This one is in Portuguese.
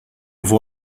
vou